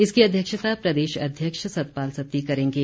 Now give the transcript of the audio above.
इसकी अध्यक्षता प्रदेश अध्यक्ष सतपाल सत्ती करेंगे